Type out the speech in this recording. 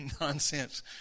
nonsense